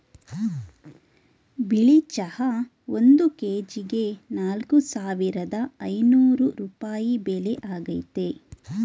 ಬಿಳಿ ಚಹಾ ಒಂದ್ ಕೆಜಿಗೆ ನಾಲ್ಕ್ ಸಾವಿರದ ಐನೂರ್ ರೂಪಾಯಿ ಬೆಲೆ ಆಗೈತೆ